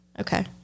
Okay